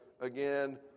again